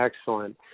Excellent